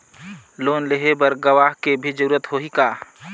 Loan लेहे बर गवाह के भी जरूरत होही का?